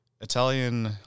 Italian